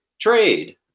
Trade